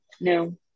No